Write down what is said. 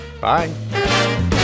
bye